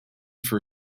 for